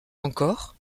encore